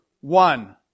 one